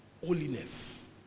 holiness